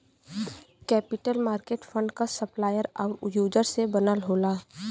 capital market fund क supplier आउर user से बनल होला